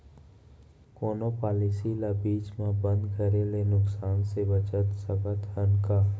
कोनो पॉलिसी ला बीच मा बंद करे ले नुकसान से बचत सकत हन का?